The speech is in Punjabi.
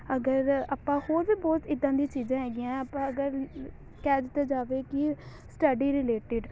ਅਗਰ ਆਪਾਂ ਹੋਰ ਵੀ ਬਹੁਤ ਇੱਦਾਂ ਦੀਆਂ ਚੀਜ਼ਾਂ ਹੈਗੀਆਂ ਆਪਾਂ ਅਗਰ ਲ ਕਹਿ ਦਿੱਤਾ ਜਾਵੇ ਕਿ ਸਟੱਡੀ ਰਿਲੇਟਿਡ